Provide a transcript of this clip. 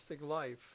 Life